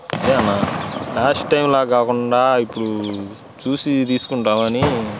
అదేనా లాస్ట్ టైంలా కాకుండా ఇప్పుడు చూసి తీసుకుంటామని